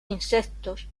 insectos